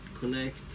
connect